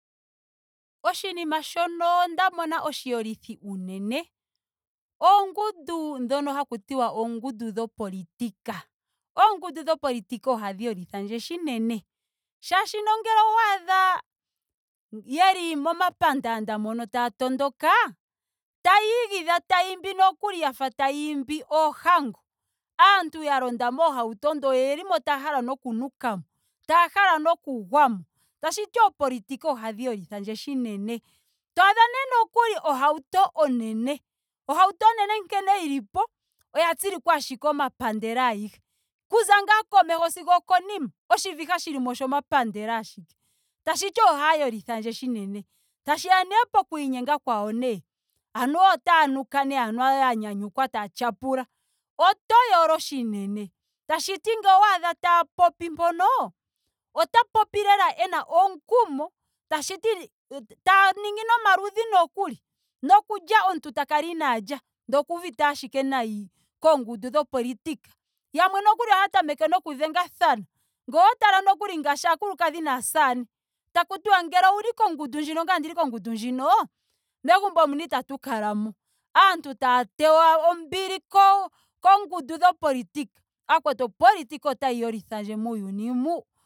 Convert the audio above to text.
Oshinima shono nda mona oshiyolithi unene oongundu dhono haku tiiwa oongundu dhopolitika. Oongundu dhopolitika ohadhi yolithandje shinene. Saashino ngele owaadha yeli momapandaanda mono taa tondoka taya igidha taa imbi nokuli yafa taa imbi oohango. Aantu ya londa moohauto ndele oyeli mo ya hala noku nukamo. Taya hala noku gwamo. Tashiti oopolitika ohadhi yolithandje shinene. To adha nee nokuli ohauto onene. ohauto onene nkene yilipo oya tsilikwa ashike omapandela ayihe. Okuza ngaa komeho sigo okonima oshivitha shilimo oshomapandela ashike. Tashiti ohaya yolithandje shinene. Tashiya nee poku inyenga kwawo nee. anuwa otaya nuka nee. anuwa ya nyanyukwa taya tyapula. oto yolo shinene. Tashiti ngele owaadha taya popi mpono. ota popi lela ena omukumo. tashiti. ta ningi nomaludhi nokuli. nokulya omuntu ta kala inaalya ndele okuuvite ashike nayi kongundu dhopolitika. Yamwe nokuli ohaya tameke noku dhengathana. ngele owa tala nokuli aakulukadhi naasamane. taku tiwa ngele ouli kongundu ndjino ngaye ondili kongundu ndjino megumbo muno itatu kalamo. Aantu taya teywa ombili ko- kongundu dhopolitika. Ashike opolitika otayi yolithandje muuyuni mu.